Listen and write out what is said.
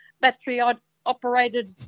battery-operated